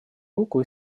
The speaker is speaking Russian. руку